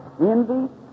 envy